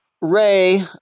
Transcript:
Ray